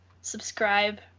subscribe